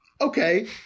Okay